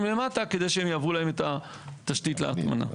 למטה כדי שהם יעבירו להם את התשתית להטמנה.